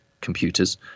computers